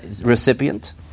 recipient